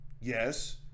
Yes